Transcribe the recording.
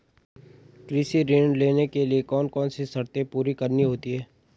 कृषि ऋण लेने के लिए कौन कौन सी शर्तें पूरी करनी होती हैं?